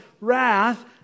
wrath